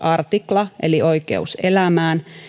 artikla eli oikeus elämään